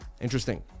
Interesting